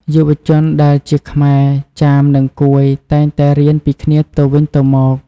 យុវជនដែលជាខ្មែរ ចាម និងកួយតែងតែរៀនពីគ្នាទៅវិញទៅមក។